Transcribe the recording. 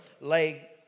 lay